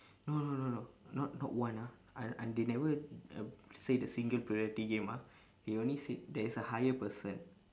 no no no no not not one ah I I they never uh say the singular purity game ah they only said there is a higher person